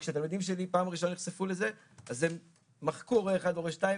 וכשהתלמידים שלי נחשפו לזה בפעם הראשונה הם מחקו "הורה 1" ו"הורה 2",